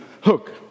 hook